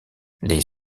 les